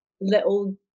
little